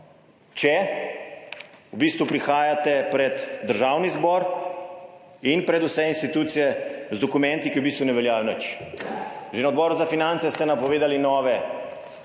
prihajate pred Državni zbor in pred vse institucije z dokumenti, ki v bistvu ne veljajo nič. Že na Odboru za finance ste napovedali nove